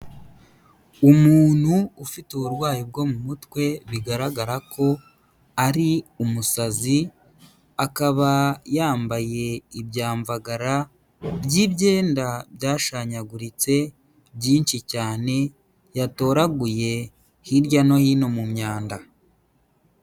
Umuntu ufite uburwayi bwo mu mutwe bigaragara ko ari umusazi, akaba yambaye ibyamvagara by'ibyenda byashanyaguritse byinshi cyane, yatoraguye hirya no hino mu myanda.